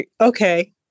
Okay